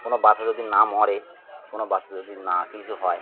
কোনো বাচ্চা যদি না মরে কোনো বাচ্চা যদি না কিছু হয়